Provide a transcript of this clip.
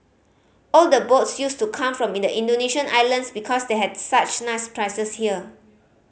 all the boats used to come from Indonesian islands because they had such nice prizes here